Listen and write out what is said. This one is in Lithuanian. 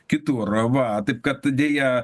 kitur va taip kad deja